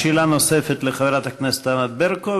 שאלה נוספת לחברת הכנסת ענת ברקו,